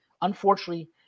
Unfortunately